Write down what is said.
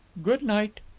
good night.